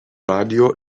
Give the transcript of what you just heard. radijo